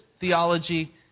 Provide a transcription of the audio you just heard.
theology